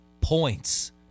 points